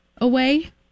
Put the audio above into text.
away